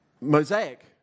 Mosaic